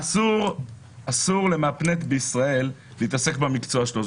אסור למהפנט בישראל להתעסק במקצוע שלו.